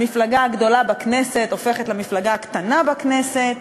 המפלגה הגדולה בכנסת הופכת למפלגה הקטנה בכנסת,